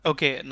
Okay